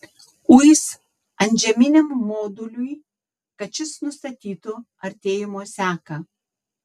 uis antžeminiam moduliui kad šis nustatytų artėjimo seką